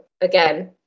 Again